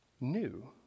new